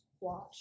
watch